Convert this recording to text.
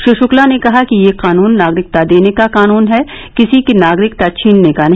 श्री शुक्ला ने कहा कि यह कानून नागरिकता देने का कानून हैं किसी की नागरिकता छीनने का नहीं